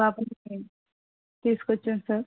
పాపని తీసుకొచ్చాం సార్